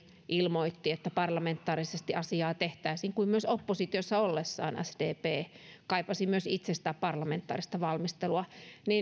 ilmoitti että parlamentaarisesti asiaa tehtäisiin niin kuin myös oppositiossa ollessaan sdp kaipasi myös itse sitä parlamentaarista valmistelua